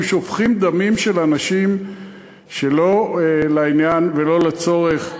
אנחנו שופכים דמים של אנשים שלא לעניין ולא לצורך.